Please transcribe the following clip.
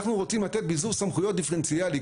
אנחנו רוצים לתת ביזור סמכויות דיפרנציאלי.